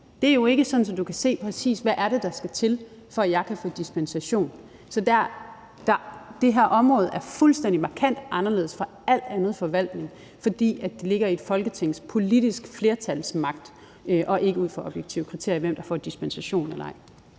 er det jo ikke sådan, at du kan se, præcis hvad det er, der skal til, for at få dispensation. Det her område er fuldstændig og markant anderledes end al anden forvaltning, fordi det ligger i Folketingets politiske flertals magt og ikke i objektive kriterier at afgøre, hvem der får dispensation eller ej.